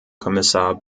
kommissar